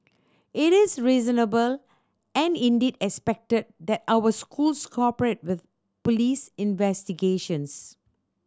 it is reasonable and indeed expected that our schools cooperate with police investigations